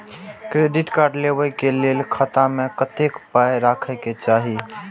Credit card लेबै के लेल खाता मे कतेक पाय राखै के चाही?